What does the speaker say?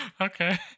Okay